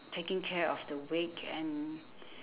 taking care of the wake and